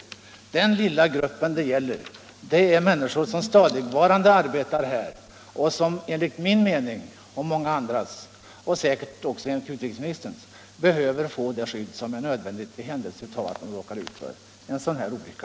initiativ mot Den lilla grupp det gäller är människor som stadigvarande arbetar i = indonesiskt Sverige och som enligt min och många andras mening, säkert också ut — ingripande på östra rikesministerns, behöver det skydd som är nödvändigt i händelse de — Timor råkar ut för en sådan här olycka.